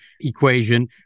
equation